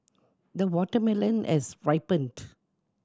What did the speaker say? the watermelon has ripened